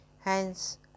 Hence